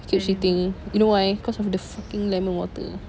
I kept shitting you know why cause of the fucking lemon water